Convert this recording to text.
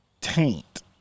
taint